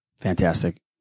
Fantastic